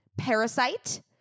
Parasite